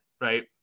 right